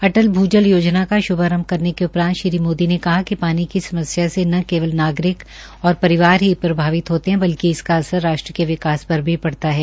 अटल भूजल योजना का शुभारंभ करने के उपरान्त श्री मोदी ने कहा कि पानी की समस्या न केवल नागरिक और परिवार ही प्रभावित होते है बल्कि इसका असर राष्ट्र के विकास पर भी पड़ता है